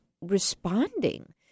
responding